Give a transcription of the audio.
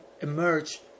emerge